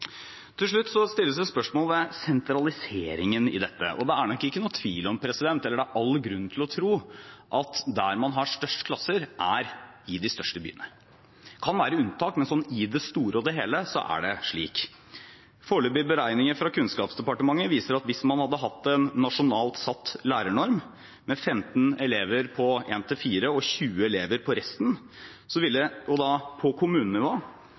Til slutt stilles det spørsmål ved sentraliseringen i dette, og det er nok all grunn til å tro at der man har størst klasser, er i de største byene. Det kan være unntak, men i det store og hele er det slik. Foreløpige beregninger fra Kunnskapsdepartementet viser at hvis man hadde hatt en nasjonalt satt lærernorm, med 15 elever på 1.–4. trinn og 20 elever på resten på kommunenivå, ville 67 pst. av de lærerne som ville blitt tilført skolen, gått til 37 pst. av elevene. Og